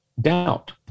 doubt